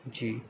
جی